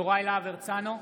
יוראי להב הרצנו,